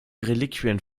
reliquien